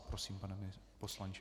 Prosím, pane poslanče.